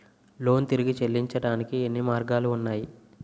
Loan తిరిగి చెల్లించటానికి ఎన్ని మార్గాలు ఉన్నాయి?